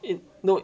it no